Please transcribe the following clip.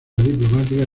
diplomática